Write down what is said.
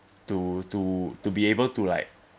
to to to be able to like